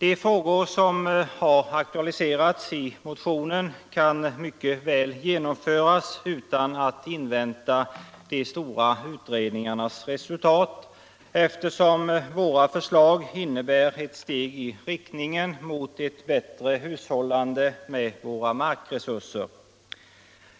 De frågor som har aktualiserats i motionen kan mycket väl genomföras utan att man inväntar de stora utredningarnas resultat, eftersom våra förslag innebär ett steg i riktning mot ett bättre hushållande med våra markresurser.